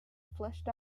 fleshed